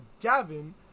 Gavin